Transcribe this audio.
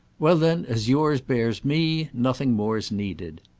well then as yours bears me nothing more's needed.